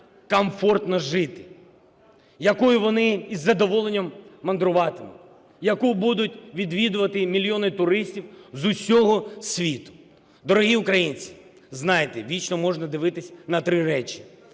комфортно жити, якою вони із задоволенням мандруватимуть, яку будуть відвідувати мільйони туристів з усього світу. Дорогі українці, знаєте, вічно можна дивитись на три речі: